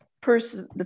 person